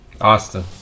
Austin